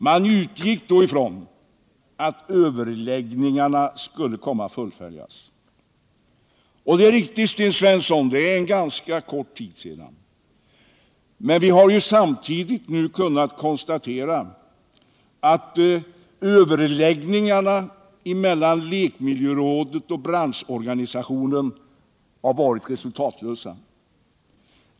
Man utgick då från att överläggningarna skulle komma att fullföljas. Det är riktigt att det var för ganska kort tid sedan, Sten Svensson, men vi har i dag kunnat konstatera att överläggningarna mellan lekmiljörådet och branschorganisationerna har varit resultatlösa.